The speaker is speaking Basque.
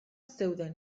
zeuden